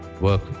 work